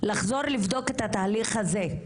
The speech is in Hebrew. לחזור לבדוק את התהליך הזה.